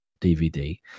DVD